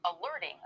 alerting